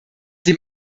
dem